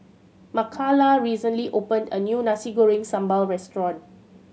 Makala recently opened a new Nasi Goreng Sambal restaurant